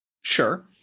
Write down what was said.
Sure